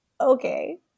okay